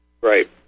Right